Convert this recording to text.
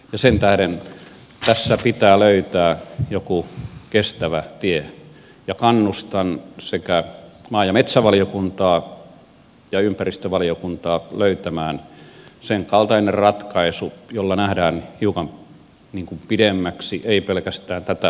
sen tähden tässä pitää löytää joku kestävä tie ja kannustan sekä maa ja metsätalousvaliokuntaa että ympäristövaliokuntaa löytämään senkaltaisen ratkaisun jolla nähdään hiukan pidemmäksi ei pelkästään tätä päivää varten